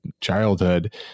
childhood